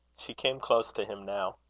she came close to him now.